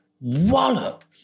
wallop